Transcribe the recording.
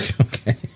Okay